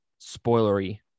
spoilery